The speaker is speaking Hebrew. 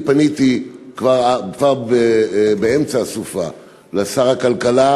אני פניתי כבר באמצע הסופה לשר הכלכלה,